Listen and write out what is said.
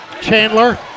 Chandler